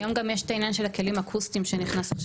היום גם יש העניין של הכלים האקוסטיים שנכנס.